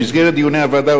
במסגרת דיוני הוועדה,